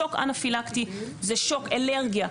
שוק אנפילקטי זה שוק אלרגיה,